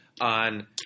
on